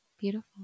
Beautiful